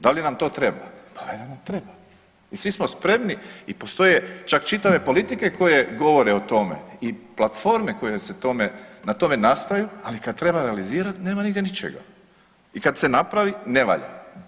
Da li nam to treba, pa valjda nam treba i svi smo spremni i postoje čak čitave politike koje govore o tome i platforme koje se tome, na tome nastaju, ali kad treba realizirati nema nigdje ničega i kad se napravi ne valja.